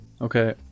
okay